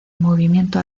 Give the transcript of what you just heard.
movimiento